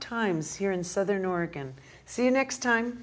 times here in southern oregon see you next time